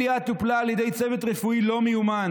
אליה טופלה על ידי צוות רפואי לא מיומן,